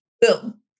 Boom